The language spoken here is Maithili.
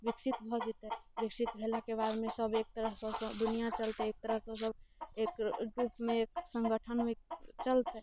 विकसित भऽ जयतै विकसित भेलाके बादमे सब एक तरहसँ दुनिया चलतै एक तरह सब एक रूपमे सङ्गठन होयत चलतै